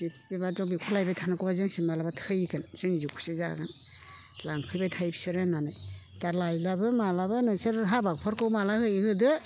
बेबायदियाव बिखौ लायबाय थानांगौबा जोंसो माब्लाबा थैगोन जोंनि जिउखौसो जागोन लांफैबाय थायो बिसोरो होननानै दा लायलाबो मालाबो नोंसोर हाबाफोरखौ माला होयो होदो